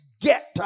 get